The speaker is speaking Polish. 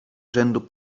rzędu